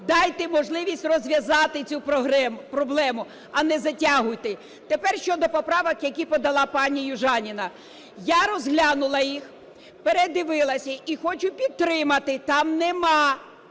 Дайте можливість розв'язати цю проблему, а не затягуйте. Тепер щодо поправок, які подала пані Южаніна. Я розглянула їх, передивилась, і хочу підтримати. Там немає